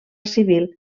civil